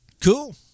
Cool